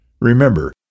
Remember